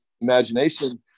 imagination